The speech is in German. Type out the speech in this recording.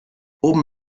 oben